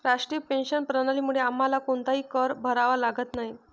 राष्ट्रीय पेन्शन प्रणालीमुळे आम्हाला कोणताही कर भरावा लागत नाही